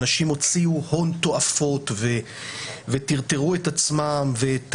אנשים הוציאו הון תועפות וטרטרו את עצמם ואת